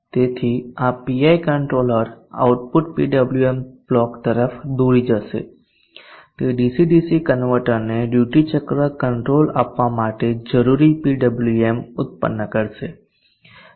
તેથી આ PI controller output PWM block તરફ દોરી જશે તે ડીસી ડીસી કન્વર્ટરને ડ્યુટી ચક્ર કંટ્રોલ આપવા માટે જરૂરી PWM ઉત્પન્ન કરશે